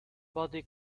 body